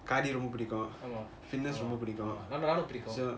cardio ரொம்ப பிடிக்கும்:romba pidikum fitness ரொம்ப பிடிக்கும்:romba pidikum